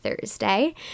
Thursday